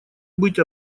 быть